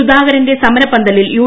സുധാകരന്റെ സമരപ്പന്തലിൽ യു